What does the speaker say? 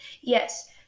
Yes